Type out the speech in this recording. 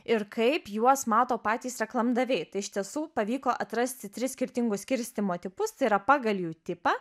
ir kaip juos mato patys reklamdaviai tai iš tiesų pavyko atrasti tris skirtingus skirstymo tipus tai yra pagal jų tipą